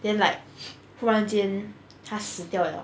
then like 忽然间他死掉了